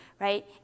right